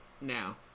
Now